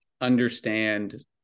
understand